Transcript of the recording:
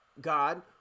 God